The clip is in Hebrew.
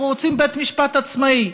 אנחנו רוצים בית משפט עצמאי,